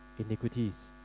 iniquities